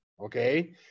okay